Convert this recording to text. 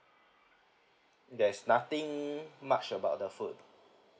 there's nothing much about the food